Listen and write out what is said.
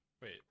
Wait